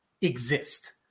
exist